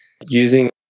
using